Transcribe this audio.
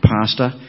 pastor